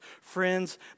friends